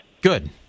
Good